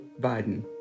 Biden